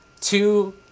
two